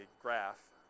graph